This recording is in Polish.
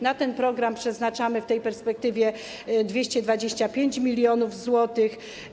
Na ten program przeznaczamy w tej perspektywie 225 mln zł.